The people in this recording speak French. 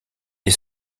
des